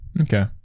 Okay